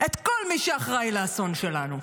את כל מי שאחראי לאסון שלנו.